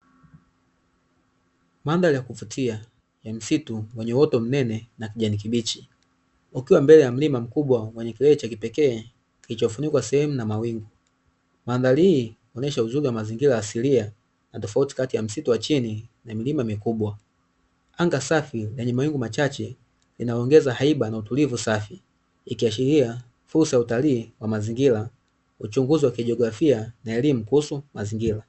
Mandhari ya kuvutia yenye msitu wenye uoto mnene na kijani kibichi, ukiwa mbele ya mlima mkubwa wenye kilele cha kipekee kilichofunikwa sehemu na mawingu, mandhari hii huonyesha uzuri wa mazingira asilia na tofauti kati ya msitu wa chini na mlima mikubwa, anga safi yenye mawingu machache inaongeza haiba na utulivu safi ikiashiria fursa ya utalii wa mazingira uchunguzi wa kijiografia na elimu kuhusu mazingira.